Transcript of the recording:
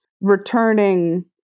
returning